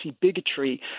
bigotry